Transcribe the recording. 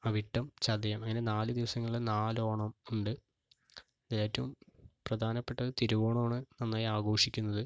അവിട്ടം ചതയം അങ്ങനെ നാല് ദിവസങ്ങളിൽ നാല് ഓണം ഉണ്ട് ഏറ്റവും പ്രധാനപ്പെട്ടത് തിരുവോണമാണ് നന്നായി ആഘോഷിക്കുന്നത്